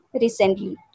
recently